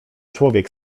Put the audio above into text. człowiek